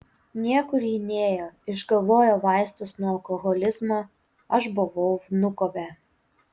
niekur ji nėjo išgalvojo vaistus nuo alkoholizmo aš buvau vnukove